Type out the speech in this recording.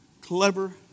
clever